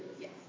Yes